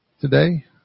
today